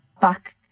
back